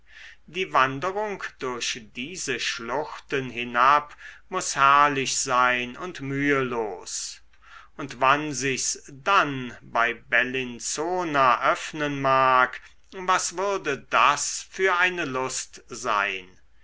die wanderung durch diese schluchten hinab muß herrlich sein und mühelos und wann sich's dann bei bellinzona öffnen mag was würde das für eine lust sein